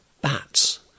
bats